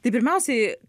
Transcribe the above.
tai pirmiausiai